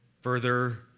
further